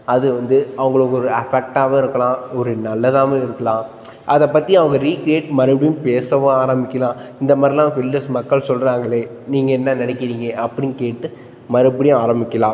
அது வந்து அவங்களை ஒரு அஃபெக்டாகவும் இருக்கலாம் ஒரு நல்லதாகவும் இருக்கலாம் அதைப் பற்றி அவங்க ரீகிரியேட் மறுபடியும் பேசவும் ஆரம்பிக்கலாம் இந்த மாதிரில்லாம் வில்லர்ஸ் மக்கள் சொல்கிறாங்களே நீங்கள் என்ன நினைக்கிறீங்க அப்படின்னு கேட்டு மறுபடியும் ஆரம்பிக்கலாம்